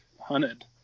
hunted